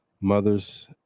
mothers